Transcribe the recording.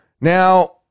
now